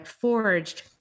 forged